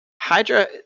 Hydra